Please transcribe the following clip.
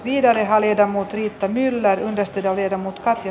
niitä lihalientä mutta niitä mielellään asti ja viedä mutkat ja